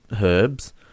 herbs